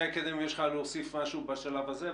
שי קדם, יש לך משהו להוסיף בשלב הזה?